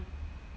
no leh